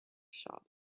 shop